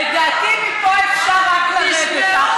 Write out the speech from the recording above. התשע"ז 2017,